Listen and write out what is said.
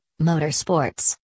motorsports